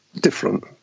different